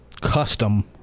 custom